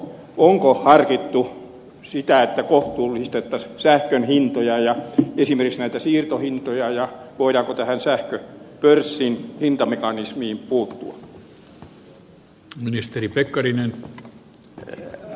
onko harkittu sitä että kohtuullistettaisiin sähkön hintoja ja esimerkiksi siirtohintoja ja voidaanko tähän sähköpörssin hintamekanismiin puuttua